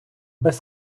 без